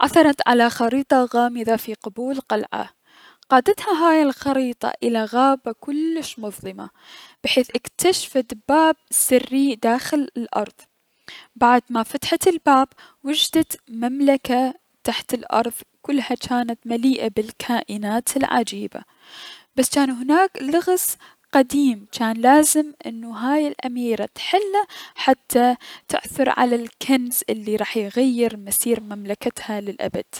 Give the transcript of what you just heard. عثرت على خريطة غامضة في قبو القلعة، قادتها هاي الخريطة الى غابة كلش مظلمة, بحيث اكتشفت باب سري داخل الأرض ، بعد ما فتحت الباب وجدت مملكة تحت الأرض كلها جانت مليئة بال كاكائنات العجيبة بس جانو هناك لغز قديم جان لازم انو هاي الأميرة تحله حتى تعثر على الكنز الي راح يغير مصير مملكتها للأبد.